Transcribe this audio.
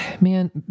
man